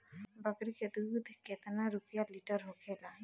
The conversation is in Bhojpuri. बकड़ी के दूध केतना रुपया लीटर होखेला?